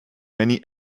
many